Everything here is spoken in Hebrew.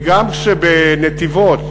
גם כשבנתיבות